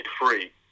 free